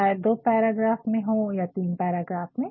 शायद दो पैराग्राफ में हो या तीन पैराग्राफ मे